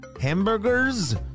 hamburgers